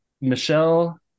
Michelle